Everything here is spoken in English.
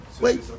wait